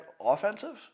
offensive